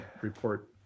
report